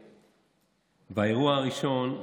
האירוע הראשון שציינת,